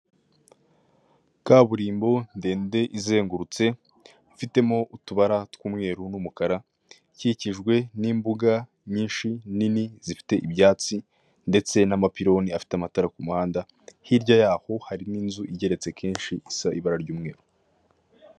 kaburimbo ndende izengurutse ifitemo utubara tw'umweru n'umukara ikikijwe n'imbuga nyinshi nini zifite ibyatsi ndetse n'amapironi afite amatara k'umuhanda hirya yaho harimo inzu igeretse kenshi ifite ibara ry'umweru